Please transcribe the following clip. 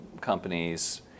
companies